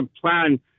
plan